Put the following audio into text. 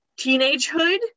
teenagehood